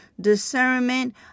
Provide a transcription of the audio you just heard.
Discernment